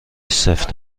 سفت